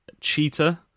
cheetah